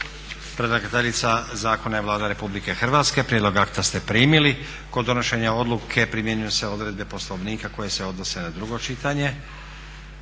Predlagateljica zakona je Vlada Republike Hrvatske. Prijedlog akata ste primili. Kod donošenja odluke primjenjuju se odredbe Poslovnika koje se odnose na drugo čitanje.